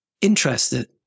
interested